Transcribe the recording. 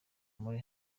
muri